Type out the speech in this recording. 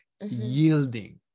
yielding